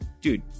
dude